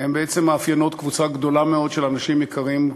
הן בעצם מאפיינות קבוצה גדולה מאוד של אנשים יקרים,